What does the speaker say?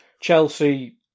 Chelsea